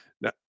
Now